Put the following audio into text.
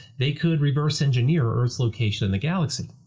they could reverse-engineer earth's location in the galaxy.